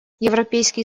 европейский